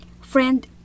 Friend